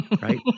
right